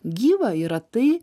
gyva yra tai